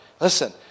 Listen